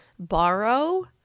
borrow